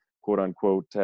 quote-unquote